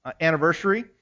anniversary